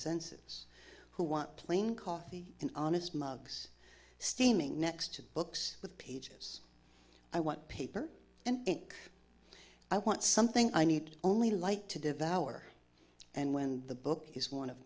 senses who want plain coffee and honest mugs steaming next to books with pages i want paper and ink i want something i need only light to devour and when the book is one of